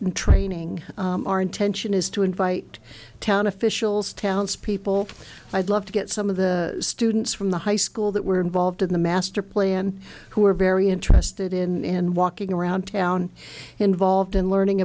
audit training our intention is to invite town officials townspeople i'd love to get some of the students from the high school that were involved in the master plan who were very interested in walking around town involved in learning